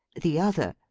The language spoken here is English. the other,